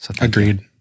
Agreed